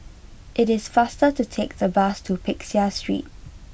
It is faster to take the bus to Peck Seah Street